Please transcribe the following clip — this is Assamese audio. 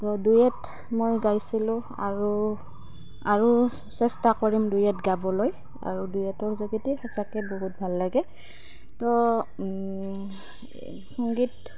তো ডুৱেট মই গাইছিলোঁ আৰু আৰু চেষ্টা কৰিম ডুৱেট গাবলৈ আৰু ডুৱেটৰ যোগেতে সঁচাকৈ বহুত ভাল লাগে তো সংগীত